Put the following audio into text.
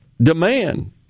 Demand